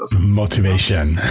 motivation